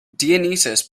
dionysius